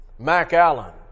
MacAllen